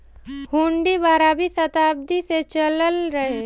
हुन्डी बारहवीं सताब्दी से चलल रहे